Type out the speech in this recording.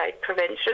prevention